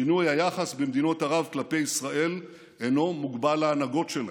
שינוי היחס במדינות ערב כלפי ישראל אינו מוגבל להנהגות שלהן.